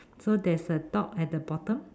so there's a dog at the bottom